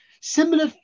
similar